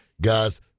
Guys